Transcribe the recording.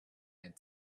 had